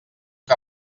que